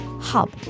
Hub